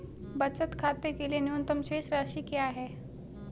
बचत खाते के लिए न्यूनतम शेष राशि क्या है?